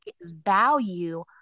value